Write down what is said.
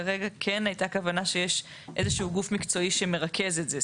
כרגע כן הייתה כוונה שיש איזשהו גוף מקצועי שמרכז את זה.